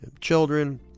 children